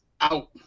out